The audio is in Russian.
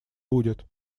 будет